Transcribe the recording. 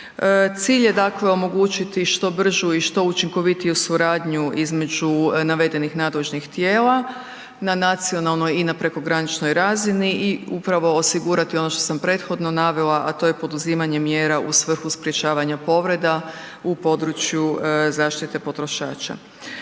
Cilj je omogućiti što bržu i što učinkovitiju suradnju između navedenih nadležnih tijela na nacionalnoj i na prekograničnoj razini i upravo osigurati ono što sam prethodno navela, a to je poduzimanje mjera u svrhu sprečavanja povreda u području zaštite potrošača.